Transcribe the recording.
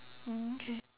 mm okay